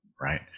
right